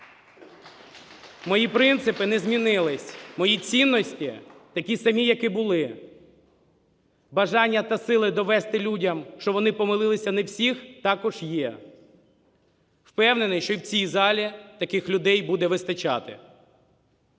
Мої принципи не змінилися. Мої цінності такі самі, як і були. Бажання та сила довести людям, що вони помилилися не у всіх – також є. Впевнений, що і в цій залі таких людей буде вистачати.